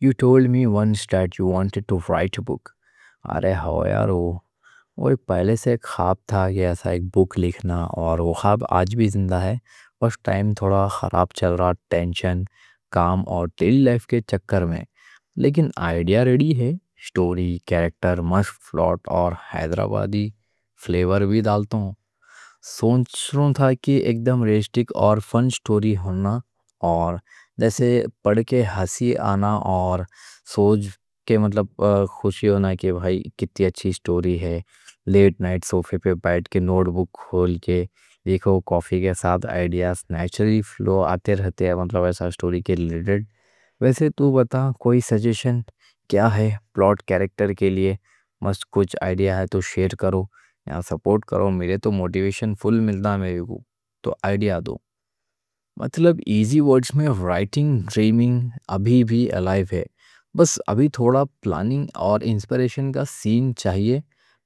یو ٹولڈ می ونس ڈیٹ یو وانٹڈ ٹو رائٹ اے بُک۔ ارے ہاؤ یارو، وہ پہلے سے ایک خواب تھا کہ ایسا ایک بُک لکھنا۔ اور وہ خواب آج بھی زندہ ہے، بس ٹائم تھوڑا خراب چل رہا، ٹینشن، کام اور ڈیلی لائف کے چکر میں۔ لیکن آئیڈیا ریڈی ہے: سٹوری، کریکٹر، مشق، پلاٹ اور حیدرآبادی فلیور بھی ڈالتوں۔ سوچ رہوں تھا کہ ایک دم ریلیسٹک اور فن سٹوری ہونا۔ اور جیسے پڑھ کے ہنسی آنا، اور سوچ کے خوشی ہونا کہ بھائی کتّی اچھی سٹوری ہے۔ لیٹ نائٹ صوفے پہ بیٹھ کے، نوٹ بُک کھول کے دیکھو، کافی کے ساتھ، آئیڈیا نیچرل فلو آتے رہتے ہیں۔ مطلب ایسا سٹوری کے ریلیٹڈ، ویسے تو بتا کوئی سجیشن کیا ہے، پلاٹ کریکٹر کے لیے، مست کچھ آئیڈیا ہے تو۔ شیئر کرو یا سپورٹ کرو، میرے تو موٹیویشن فل ملنا، میرے بھی تو آئیڈیا دو۔ مطلب ایزی ورڈز میں رائٹنگ ڈریمنگ ابھی بھی الائیو ہے؛ بس ابھی تھوڑا پلاننگ اور انسپیریشن کا سین چاہیے۔